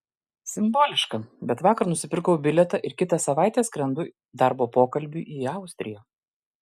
simboliška bet vakar nusipirkau bilietą ir kitą savaitę skrendu darbo pokalbiui į austriją